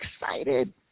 excited